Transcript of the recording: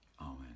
amen